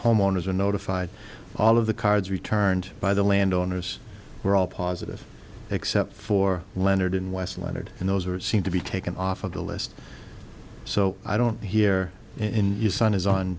homeowners were notified all of the cards returned by the landowners were all positive except for leonard in west leonard and those were seen to be taken off of the list so i don't hear in you son is on